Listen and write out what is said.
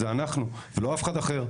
זה אנחנו ולא אף אחד אחר.